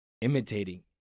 imitating